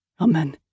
Amen